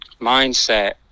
mindset